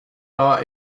are